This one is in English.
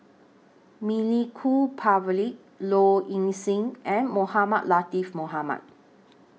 Milenko Prvacki Low Ing Sing and Mohamed Latiff Mohamed